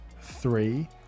three